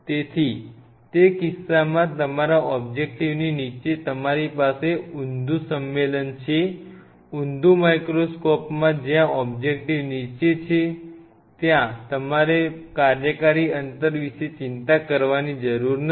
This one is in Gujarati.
તેથી તે કિસ્સામાં તમારા ઓબ્જેક્ટિવની નીચે તમારી પાસે ઉંધું સંમેલન છે ઉંધું માઇક્રોસ્કોપમાં જ્યાં ઓબ્જેક્ટિવ નીચે છે ત્યાં તમારે કાર્યકારી અંતર વિશે ચિંતા કરવાની જરૂર નથી